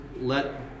let